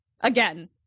Again